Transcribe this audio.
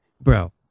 bro